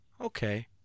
okay